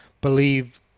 believe